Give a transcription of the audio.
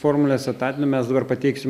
formulės etatiniam mes dabar pateiksim